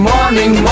Morning